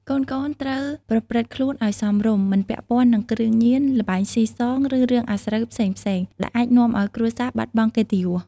កូនៗត្រូវប្រព្រឹត្តខ្លួនឲ្យសមរម្យ មិនពាក់ព័ន្ធនឹងគ្រឿងញៀន ល្បែងស៊ីសង ឬរឿងអាស្រូវផ្សេងៗ ដែលអាចនាំឲ្យគ្រួសារបាត់បង់កិត្តិយស។